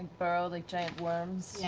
burrow? like giant worms?